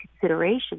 consideration